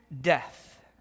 death